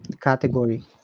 category